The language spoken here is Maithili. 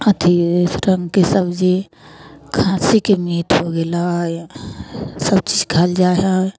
अथी सब रङ्गके सब्जी खस्सीके मीट हो गेलै सबचीज खाएल जाइ हइ